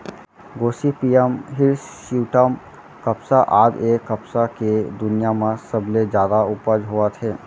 Gossypium hirsutum कपसा आज ए कपसा के दुनिया म सबले जादा उपज होवत हे